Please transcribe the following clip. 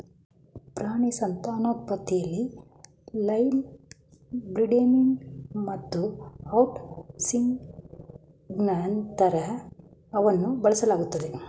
ಪ್ರಾಣಿ ಸಂತಾನೋತ್ಪತ್ತಿಲಿ line breeding ಮತ್ತುಔಟ್ಕ್ರಾಸಿಂಗ್ನಂತಂತ್ರವನ್ನುಬಳಸಲಾಗ್ತದೆ